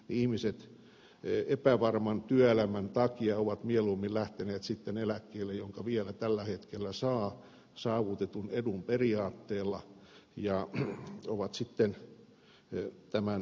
ihmiset epävarman työelämän takia ovat mieluummin lähteneet eläkkeelle jonka vielä tällä hetkellä saa saavutetun edun periaatteella ja ovat sitten tämän ratkaisun tehneet